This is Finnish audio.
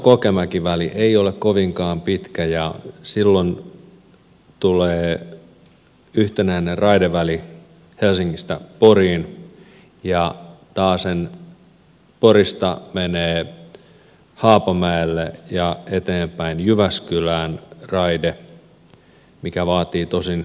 forssakokemäki väli ei ole kovinkaan pitkä ja silloin tulee yhtenäinen raideväli helsingistä poriin ja taasen porista menee haapamäelle ja eteenpäin jyväskylään raide mikä vaatii tosin peruskunnostuksen